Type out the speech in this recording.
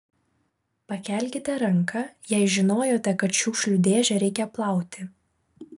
pakelkite ranką jei žinojote kad šiukšlių dėžę reikia plauti